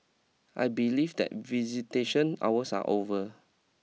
I believe that visitation hours are over